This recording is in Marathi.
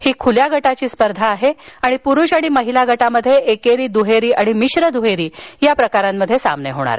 ही खुल्या गटाची स्पर्धा असून पुरुष आणि महीला गटात एकेरी दुहेरी आणि मिश्र दुहेरी प्रकारात सामने होतील